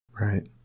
Right